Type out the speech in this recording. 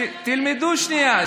תלמדו שנייה.